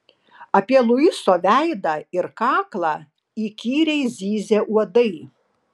apie luiso veidą ir kaklą įkyriai zyzė uodai